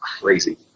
crazy